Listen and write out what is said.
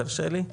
תרשה לי?